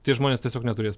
tie žmonės tiesiog neturės